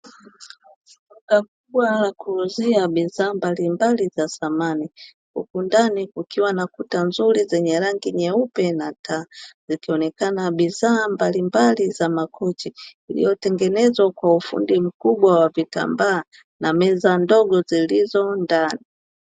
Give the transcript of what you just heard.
Duka kubwa la kuuzia bidhaa mbalimbali za samani, huku ndani kukuwa na kuta nzuri zenye rangi nyeupe na taa, zikionekana bidhaa mbalimbali za makochi zilizotengenezwa kwa ufundi mkubwa wa vitambaa na meza ndogo zilizondani.